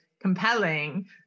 compelling